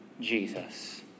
Jesus